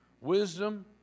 wisdom